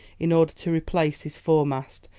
in order to replace his foremast,